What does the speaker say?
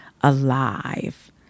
alive